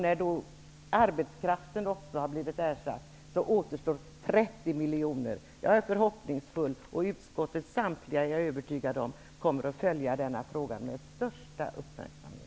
När arbetskraften också har blivit ersatt återstår 30 miljoner. Jag är förhoppningsfull, och jag är övertygad om att samtliga i utskottet kommer att föja denna fråga med största uppmärksamhet.